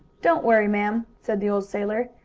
don't worry, ma'am, said the old sailor.